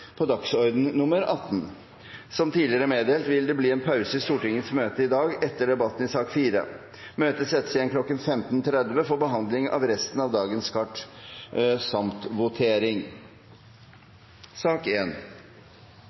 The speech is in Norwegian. tidligere meddelt vil det bli en pause i Stortingets møte i dag etter debatten i sak nr. 4. Møtet settes igjen kl. 15.30 for behandling av resten av dagens kart samt votering.